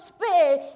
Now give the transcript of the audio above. spare